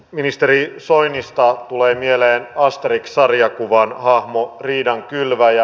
ministeri soinista tulee mieleen asterix sarjakuvan hahmo riidankylväjä